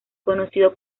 conocido